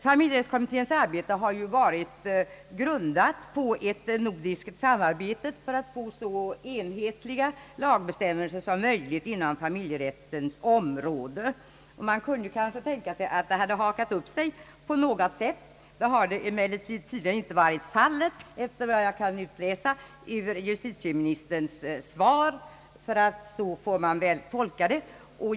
Familjerättskommitténs arbete har ju varit grundat på ett nordiskt samarbete för att få så enhetliga lagbestämmelser som möjligt inom familjerättens område. Man kunde kanske misstänka att det hade hakat upp sig på något sätt. Så har emellertid tydligen inte varit fallet efter vad jag kan utläsa ur justitieministerns svar — ty på det sättet får man väl tolka svaret.